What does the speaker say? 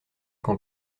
qu’en